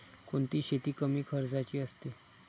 कोणती शेती कमी खर्चाची असते?